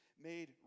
made